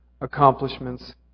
accomplishments